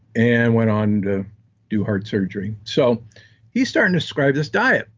and went on to do hard surgery. so he's starting to describe this diet,